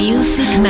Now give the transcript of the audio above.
Music